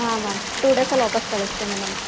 ಹಾಂ ma'am two ಡೇಸಲ್ಲಿ ವಾಪಸ್ ಕಳಿಸ್ತೀನಿ ಮ್ಯಾಮ್